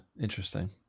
interesting